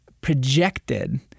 projected